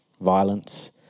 violence